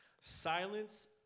Silence